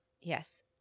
Yes